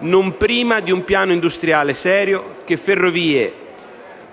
non prima di un piano industriale serio che Ferrovie dello Stato